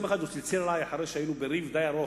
יום אחד הוא צלצל אלי אחרי שהיינו בריב די ארוך,